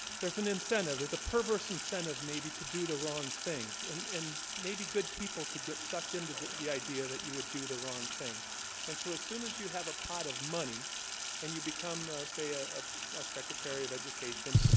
there's an incentive there's a perverse incentive maybe to do the wrong thing and maybe good people could get sucked into the idea that you would do the wrong thing and so as soon as you have a pot of money and you become say ah ah a secretary of education,